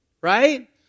right